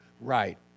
Right